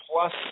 plus